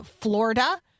Florida